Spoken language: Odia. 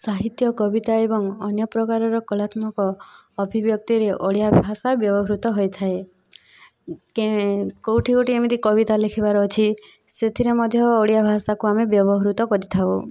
ସାହିତ୍ୟ କବିତା ଏବଂ ଅନ୍ୟ ପ୍ରକାରର କଳାତ୍ମକ ଅଭିବ୍ୟକ୍ତିରେ ଓଡ଼ିଆ ଭାଷା ବ୍ୟବହୃତ ହୋଇଥାଏ କେଉଁଠି ଗୋଟିଏ ଏମିତି କବିତା ଲେଖିବାର ଅଛି ସେଥିରେ ମଧ୍ୟ ଓଡ଼ିଆ ଭାଷାକୁ ଆମେ ବ୍ୟବହୃତ କରିଥାଉ